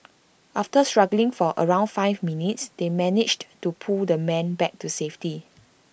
after struggling for around five minutes they managed to pull the man back to safety